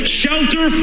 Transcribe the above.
shelter